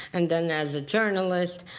and then as a journalist.